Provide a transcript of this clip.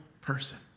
person